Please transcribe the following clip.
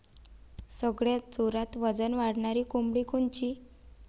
सगळ्यात जोरात वजन वाढणारी कोंबडी कोनची?